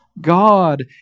God